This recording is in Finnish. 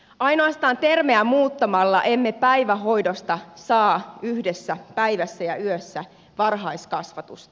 ainoastaan termejä muuttamalla emme päivähoidosta saa yhdessä päivässä ja yössä varhaiskasvatusta